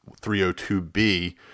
302B